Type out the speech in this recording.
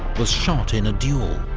was shot in a duel,